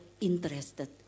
interested